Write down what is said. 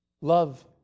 love